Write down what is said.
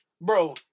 bro